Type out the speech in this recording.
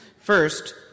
First